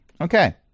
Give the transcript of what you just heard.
Okay